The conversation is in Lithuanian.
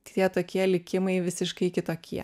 tai tie tokie likimai visiškai kitokie